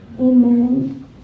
Amen